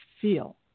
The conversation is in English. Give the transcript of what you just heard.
feel